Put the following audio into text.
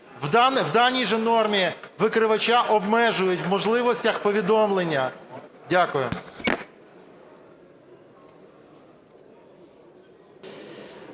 В даній же нормі викривача обмежують в можливостях повідомлення. Дякую.